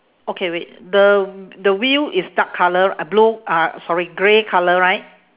okay wait the the wheel is dark colour uh blue uh sorry grey colour right